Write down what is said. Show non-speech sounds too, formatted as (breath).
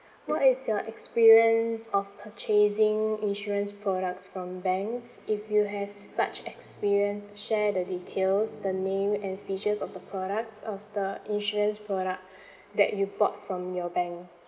what is your experience of purchasing insurance products from banks if you have such experience share the details the name and features of the product of the insurance product (breath) that you bought from your bank